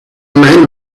man